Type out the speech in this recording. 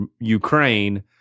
Ukraine